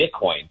Bitcoin